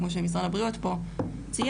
כמו שמשרד הבריאות פה ציין,